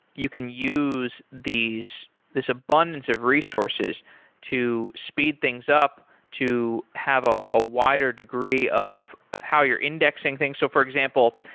you can use these abundance abundance of resources to speed things up to have a ah wider degree of of how you're indexing things. so for example,